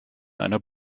einer